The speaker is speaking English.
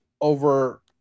over